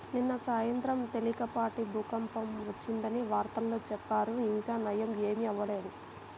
నిన్న సాయంత్రం తేలికపాటి భూకంపం వచ్చిందని వార్తల్లో చెప్పారు, ఇంకా నయ్యం ఏమీ అవ్వలేదు